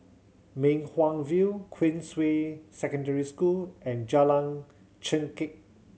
Mei Hwan View Queensway Secondary School and Jalan Chengkek